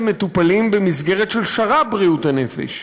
מטופלים במסגרת של שר"פ בריאות הנפש,